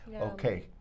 okay